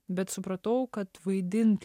bet supratau kad vaidint